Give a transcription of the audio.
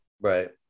Right